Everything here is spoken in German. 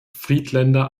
friedländer